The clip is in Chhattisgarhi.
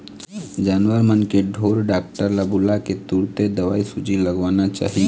जानवर मन के ढोर डॉक्टर ल बुलाके तुरते दवईसूजी लगवाना चाही